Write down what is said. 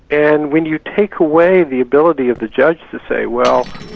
and when you take away the ability of the judge to say, well,